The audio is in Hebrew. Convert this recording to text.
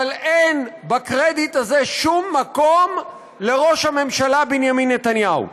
אבל אין בקרדיט הזה שום מקום לראש הממשלה בנימין נתניהו.